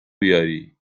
بیاری